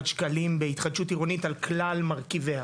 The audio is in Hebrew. שקלים בהתחדשות עירונית על כלל מרכיביה.